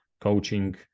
coaching